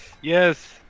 Yes